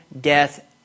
death